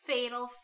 Fatal